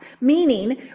meaning